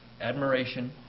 admiration